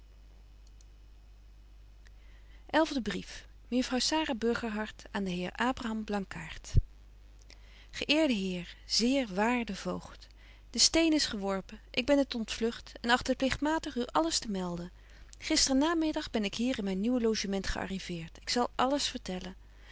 sara burgerhart aan den heer abraham blankaart ge eerde heer zeer waarde voogd de steen is geworpen ik ben t ontvlugt en acht het pligtmatig u alles te melden gister namiddag ben ik hier in myn nieuw logement gearriveert ik zal alles vertellen